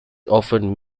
often